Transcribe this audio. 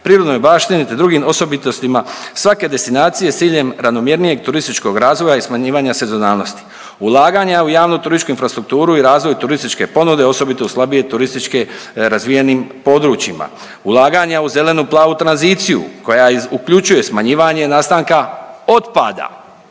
prirodnoj baštini te drugim osobitostima svake destinacije s ciljem ravnomjernijeg turističkog razvoja i smanjivanja sezonalnosti. Ulaganja u javnu turističku infrastrukturu i razvoj turističke ponude osobito u slabije turističke razvijenim područjima. Ulaganja u zelenu plavu tranziciju koja uključuje smanjivanje nastanka otpada,